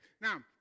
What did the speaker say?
Now